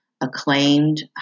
acclaimed